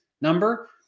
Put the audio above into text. number